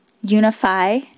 Unify